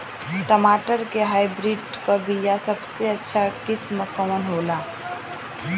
टमाटर के हाइब्रिड क बीया सबसे अच्छा किस्म कवन होला?